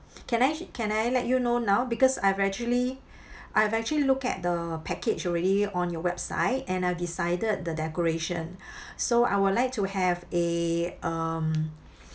can I can I let you know now because I've actually I've actually looked at the package already on your website and I've decided the decoration so I would like to have a um